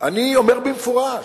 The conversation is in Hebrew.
אני אומר במפורש: